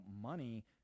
money